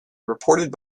reported